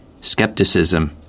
Skepticism